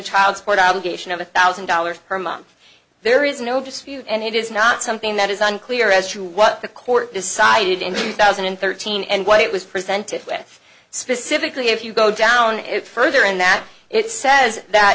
child support obligation of a thousand dollars per month there is no dispute and it is not something that is unclear as to what the court decided in two thousand and thirteen and what it was presented with specifically if you go down and further in that it says that